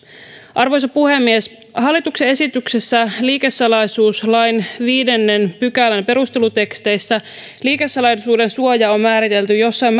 arvoisa puhemies hallituksen esityksessä liikesalaisuuslain viidennen pykälän perusteluteksteissä liikesalaisuuden suoja on määritelty jossain